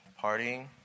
partying